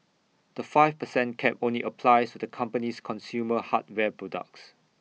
the five per cent cap only applies to the company's consumer hardware products